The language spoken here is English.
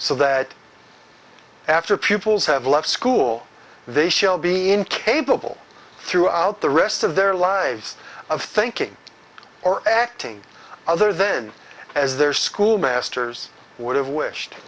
so that after pupils have left school they shall be incapable throughout the rest of their lives of thinking or acting other then as their school masters would have